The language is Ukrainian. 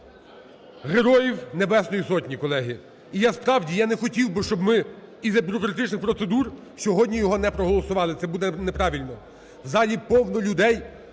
Героїв Небесної Сотні. Колеги, і я справді, і я не хотів би, щоб ми із-за бюрократичних процедур сьогодні його не проголосували, це буде неправильно, в залі повно людей